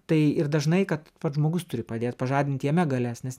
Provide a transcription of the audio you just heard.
tai ir dažnai kad pats žmogus turi padėt pažadint jame galias nes